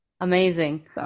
Amazing